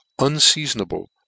unseasonable